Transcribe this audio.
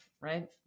Right